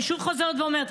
אני חוזרת ואומרת,